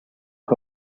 out